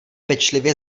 pečlivě